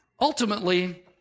ultimately